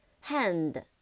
hand